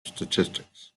statistics